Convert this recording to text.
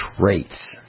traits